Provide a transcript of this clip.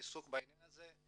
עיסוק בעניין הזה.